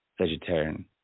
vegetarian